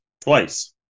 Twice